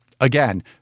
Again